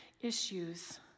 issues